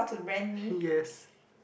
yes